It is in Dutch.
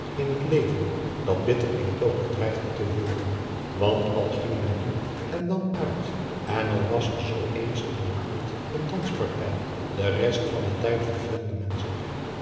in het leven dat bitter eentonig dreigde te worden want al ging men nu en dan uit en al was er zoo ééns in de maand een danspartij de rest van den tijd verveelde men zich